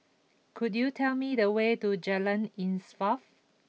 could you tell me the way to Jalan Insaf